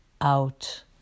out